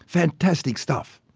fantastic stuff!